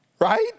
right